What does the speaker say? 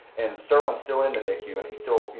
and sterling's still in the nicu, and he's still, you